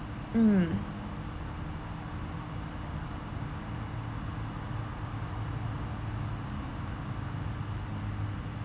mm